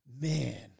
man